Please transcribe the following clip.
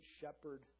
shepherd